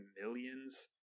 millions